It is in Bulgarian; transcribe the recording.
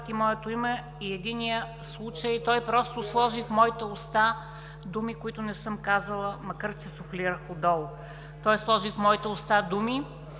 моето име и в единия случай той просто сложи в моята уста думи, които не съм казала, макар че суфлирах отдолу. Той сложи в моите уста думи,